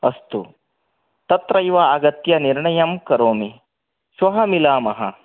अस्तु तत्रैव आगत्य निर्णयं करोमि श्व मिलाम